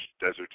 desert